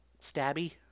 stabby